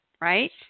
right